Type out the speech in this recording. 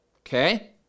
okay